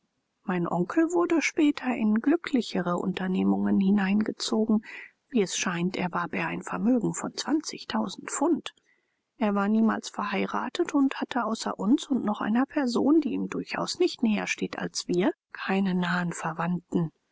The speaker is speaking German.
mein onkel wurde später in glücklichere unternehmungen hineingezogen wie es scheint erwarb er ein vermögen von zwanzigtausend pfund er war niemals verheiratet und hatte außer uns und noch einer person die ihm durchaus nicht näher steht als wir keine nahen verwandten